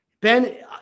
Ben